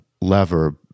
lever